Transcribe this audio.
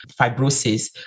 fibrosis